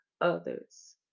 others